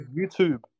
YouTube